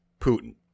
Putin